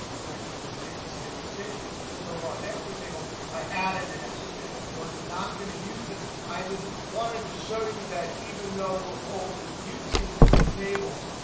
i'm going to click escape, escape, escape because over on extra table, i added an extra table. we're not going to use this. i just wanted to show you that even though we're only using three tables,